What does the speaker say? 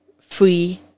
free